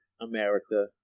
america